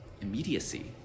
immediacy